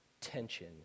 tension